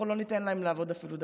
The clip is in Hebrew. אנחנו לא ניתן להם לעבוד אפילו דקה,